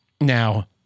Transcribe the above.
now